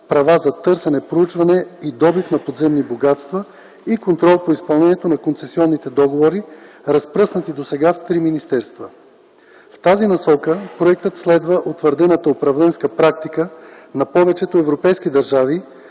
права за търсене, проучване и добив на подземни богатства и контрол по изпълнението на концесионните договори, разпръснати досега в три министерства. В тази насока проектът следва утвърдената управленска практика на повечето европейски държави,